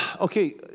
Okay